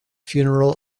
funeral